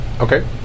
Okay